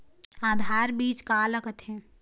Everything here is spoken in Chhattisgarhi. आधार बीज का ला कथें?